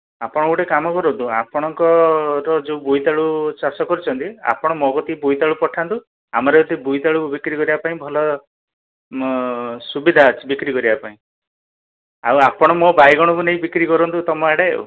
ଆପଣ ଗୋଟେ କାମ କରନ୍ତୁ ଆପଣଙ୍କର ଯେଉଁ ବୋଇତିଆଳୁ ଚାଷ କରିଛନ୍ତି ଆପଣ ମୋ କତିକି ବୋଇତିଆଳୁ ପଠାନ୍ତୁ ଆମର ଏହିଠି ବୋଇତିଆଳୁ ବିକ୍ରି କରିବା ପାଇଁ ଭଲ ସୁବିଧା ଅଛି ବିକ୍ରି କରିବା ପାଇଁ ଆଉ ଆପଣ ମୋ ବାଇଗଣକୁ ନେଇ ବିକ୍ରି କରିନ୍ତୁ ତମ ଆଡ଼େ ଆଉ